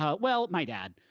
ah well, my dad.